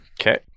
Okay